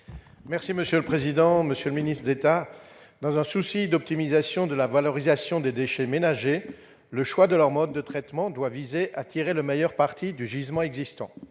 M. Claude Kern. Monsieur le ministre d'État, dans un souci d'optimisation de la valorisation des déchets ménagers, le choix du mode de traitement de ceux-ci doit viser à tirer le meilleur parti du gisement existant.